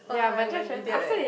!wah! I'm an idiot eh